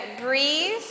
breathe